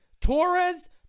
Torres